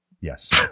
Yes